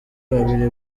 babiri